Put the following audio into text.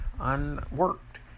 unworked